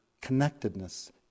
connectedness